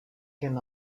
can